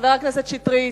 חבר הכנסת שטרית,